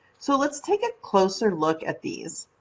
so let's take a closer look at these.